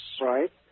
Right